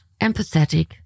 empathetic